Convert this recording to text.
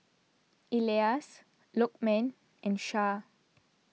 Elyas Lokman and Shah